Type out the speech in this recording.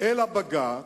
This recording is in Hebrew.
אל הבג"ץ,